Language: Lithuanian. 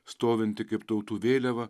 stovinti kaip tautų vėliava